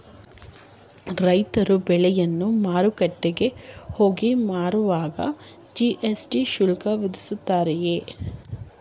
ರೈತರು ಬೆಳೆಯನ್ನು ಮಾರುಕಟ್ಟೆಗೆ ಹೋಗಿ ಮಾರುವಾಗ ಜಿ.ಎಸ್.ಟಿ ಶುಲ್ಕ ವಿಧಿಸುತ್ತಾರೆಯೇ?